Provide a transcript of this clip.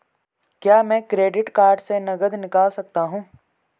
क्या मैं credit card से नकद निकाल सकता हूँ?